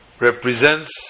Represents